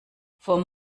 vom